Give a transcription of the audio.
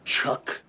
Chuck